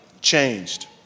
changed